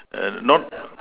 err not